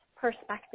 perspective